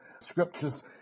Scriptures